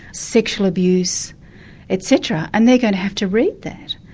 sexual abuse etc, and they're going to have to read that.